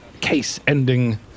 case-ending